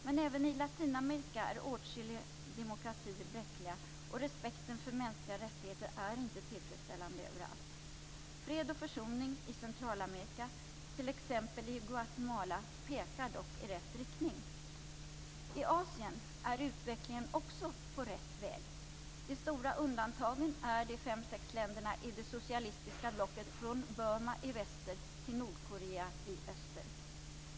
Men även i Latinamerika är åtskilliga demokratier bräckliga, och respekten för mänskliga rättigheter är inte tillfredsställande överallt. Fred och försoning i Centralamerika, t.ex. i Guatemala, pekar dock i rätt riktning. I Asien är utvecklingen också på rätt väg. De stora undantagen är de fem sex länderna i det socialistiska blocket från Burma i väster till Nordkorea i öster.